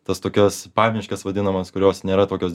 tas tokios pamiškes vadinamas kurios nėra tokios